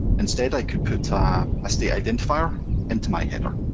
instead, i could put ah a state identifier into my header.